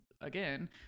again